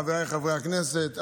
חבריי חברי הכנסת,